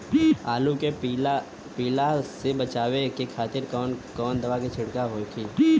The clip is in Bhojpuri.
आलू के पाला से बचावे के खातिर कवन दवा के छिड़काव होई?